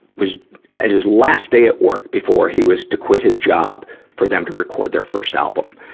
was at his last day at work, before he was to quit his job for them to record their first album.